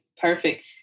perfect